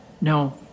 No